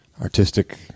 artistic